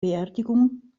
beerdigung